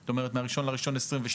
זאת אומרת מה-1 בינואר 2022?